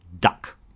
duck